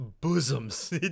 bosoms